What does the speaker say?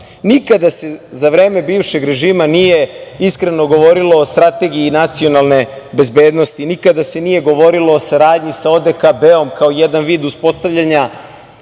Nikada se za vreme bivšeg režima nije iskreno govorilo o strategiji nacionalne bezbednosti, nikada se nije govorilo o saradnji sa ODKB-om kao jedan vid uspostavljanja